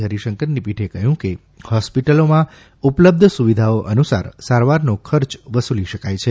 હરિશંકરની પીઠે કહ્યુ કે હોસ્પીટલોમાં ઉપલબ્ધ સુવિધાઓ અનુસાર સારવારનો ખર્ચ વસૂલી શકાય છે